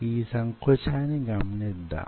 ఈ సంకోచాన్ని గమనిద్దాం